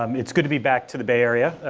um it's good to be back to the bay area.